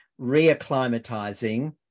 reacclimatizing